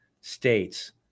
states